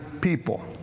people